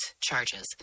charges